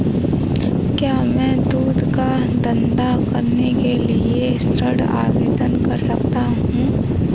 क्या मैं दूध का धंधा करने के लिए ऋण आवेदन कर सकता हूँ?